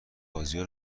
بازیا